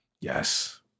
Yes